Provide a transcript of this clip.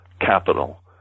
capital